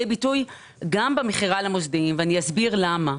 ביטוי גם במכירה למוסדיים ואני אסביר למה.